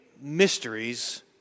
mysteries